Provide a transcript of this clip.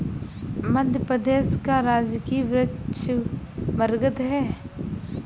मध्य प्रदेश का राजकीय वृक्ष बरगद है